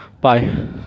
Bye